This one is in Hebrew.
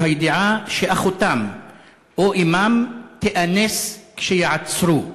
הידיעה שאחותם או אמם תיאנס כשיעצרו.